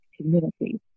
community